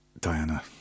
Diana